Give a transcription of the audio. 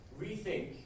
Rethink